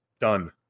done